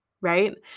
right